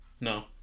No